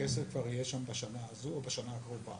הכסף יהיה שם כבר בשנה הזאת או בשנה הקרובה.